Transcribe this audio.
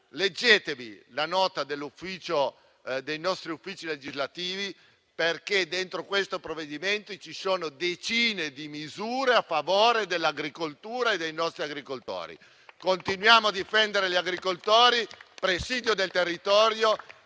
leggere la nota dei nostri uffici legislativi per vedere che in questo provvedimento ci sono decine di misure a favore dell'agricoltura e dei nostri agricoltori. Continuiamo a difendere gli agricoltori, presidio del territorio